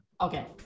Okay